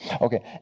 Okay